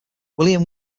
william